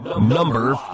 Number